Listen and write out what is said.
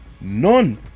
none